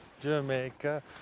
Jamaica